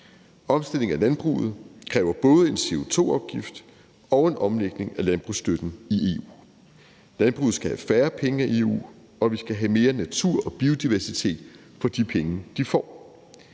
Omstilling af landbruget kræver både en CO2-afgift og en omlægning af landbrugsstøtten i EU. Landbruget skal have færre penge af EU, og vi skal have mere natur og biodiversitet for de penge,